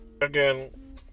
Again